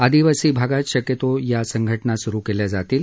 आदिवासी भागात शक्यतो या संघटना सुरु केल्या जातील